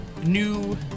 new